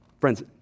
Friends